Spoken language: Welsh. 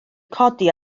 codi